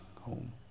home